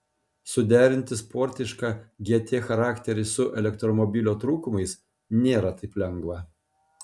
suderinti sportišką gt charakterį su elektromobilio trūkumais nėra taip lengva